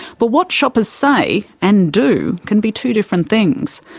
but what shoppers say and do can be two different things.